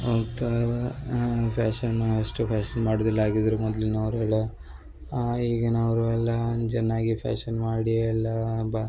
fashion ಅಷ್ಟು fashion ಮಾಡುದಿಲ್ಲ ಹಾಗಿದ್ದರೂ ಮೊದ್ಲಿನವರು ಎಲ್ಲ ಈಗಿನವರು ಎಲ್ಲಾ ಚೆನ್ನಾಗಿ ಫ್ಯಾಷನ್ ಮಾಡಿ ಎಲ್ಲಾ ಬಾ